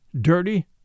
dirty